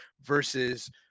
versus